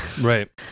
Right